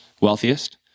wealthiest